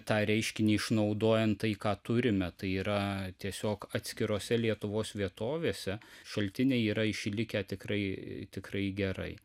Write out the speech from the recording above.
tą reiškinį išnaudojant tai ką turime tai yra tiesiog atskirose lietuvos vietovėse šaltiniai yra išlikę tikrai tikrai gerai